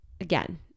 again